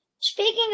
speaking